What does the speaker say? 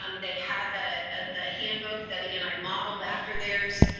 um they have the the handbook, that again, i modeled after theirs.